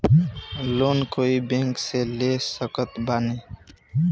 Loan कोई bank से ले सकत बानी?